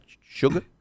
sugar